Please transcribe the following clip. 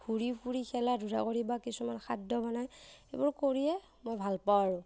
ঘূৰি ফুৰি খেলা ধূলা কৰি বা কিছুমান খাদ্য বনায় এইবোৰ কৰিয়ে মই ভাল পাওঁ আৰু